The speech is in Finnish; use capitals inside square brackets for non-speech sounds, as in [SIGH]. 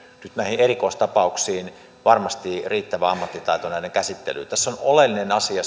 nyt näihin erikoistapauksiin näiden käsittelyyn varmasti riittävä ammattitaito tässä on oleellinen asia [UNINTELLIGIBLE]